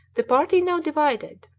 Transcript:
the party now divided.